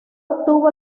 obtuvo